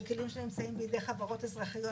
שכלים שנמצאים בידי חברות אזרחיות,